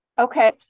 Okay